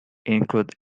include